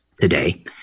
today